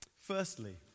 Firstly